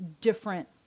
different